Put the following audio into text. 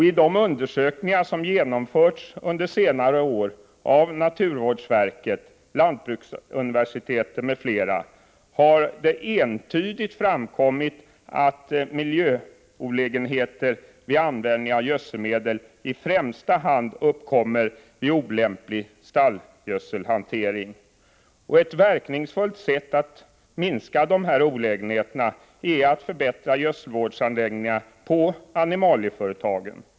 I de undersökningar som har genomförts under senare år av naturvårdsverket, lantbruksuniversiteten, m.fl., har det entydigt framkommit att miljöolägenheter vid användning av gödselmedel framför allt uppkommer vid olämplig stallgödselhantering. Ett verkningsfullt sätt att minska dessa olägenheter är att förbättra gödselvårdsanläggningarna vid animalieföretagen.